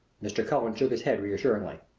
mr. cullen shook his head reassuringly.